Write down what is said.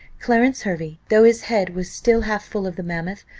clarence hervey, though his head was still half full of the mammoth,